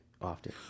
often